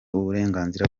uburenganzira